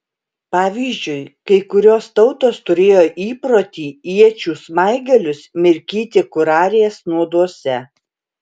pavyzdžiui kai kurios tautos turėjo įprotį iečių smaigalius mirkyti kurarės nuoduose